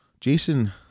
Jason